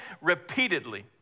repeatedly